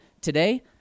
today